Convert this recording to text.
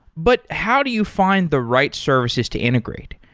but how do you find the right services to integrate?